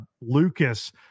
Lucas